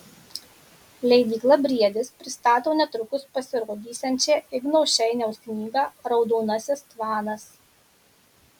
leidykla briedis pristato netrukus pasirodysiančią igno šeiniaus knygą raudonasis tvanas